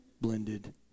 blended